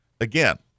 again